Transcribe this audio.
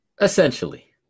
Essentially